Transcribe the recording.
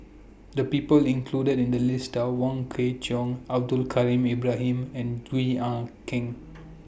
The People included in The list Are Wong Kwei Cheong Abdul Kadir Ibrahim and Gwee Ah Keng